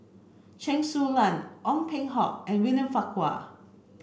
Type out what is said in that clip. Chen Su Lan Ong Peng Hock and William Farquhar